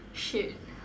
shit